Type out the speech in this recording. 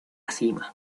cima